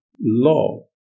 law